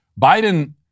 Biden